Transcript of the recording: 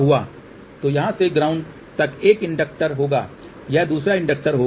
तो यहां से ग्राउंड तक 1 इंडक्टर होगा यह दूसरा इंडक्टर होगा